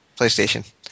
PlayStation